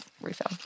refill